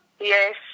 yes